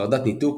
חרדת ניתוק,